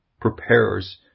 prepares